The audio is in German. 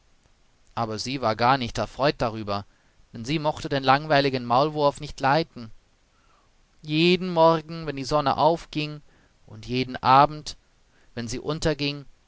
aber sie war gar nicht erfreut darüber denn sie mochte den langweiligen maulwurf nicht leiden jeden morgen wenn die sonne aufging und jeden abend wenn sie unterging